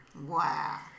Wow